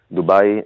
Dubai